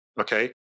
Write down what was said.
okay